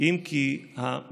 אם כי המדיניות